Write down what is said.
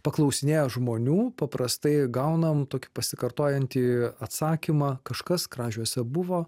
paklausinėję žmonių paprastai gaunam tokį pasikartojantį atsakymą kažkas kražiuose buvo